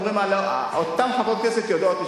אותן חברות כנסת יודעות.